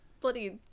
bloody